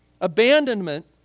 Abandonment